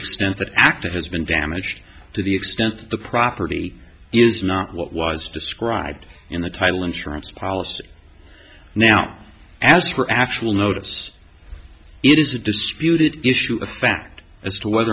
extent that active has been damaged to the extent that the property is not what was described in the title insurance policy now as for actual notice it is a disputed issue of fact as to whether